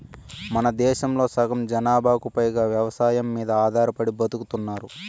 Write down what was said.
మనదేశంలో సగం జనాభాకు పైగా వ్యవసాయం మీద ఆధారపడి బతుకుతున్నారు